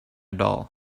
doll